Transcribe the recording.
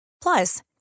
Plus